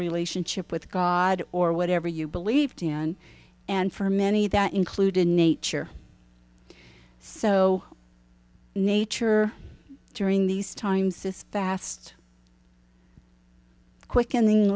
relationship with god or whatever you believed in and for many that included nature so nature during these times this fast quick